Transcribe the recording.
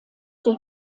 der